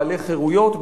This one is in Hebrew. בעלי חירויות,